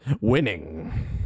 Winning